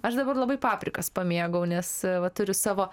aš dabar labai paprikas pamėgau nes va turiu savo